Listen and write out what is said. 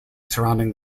surrounding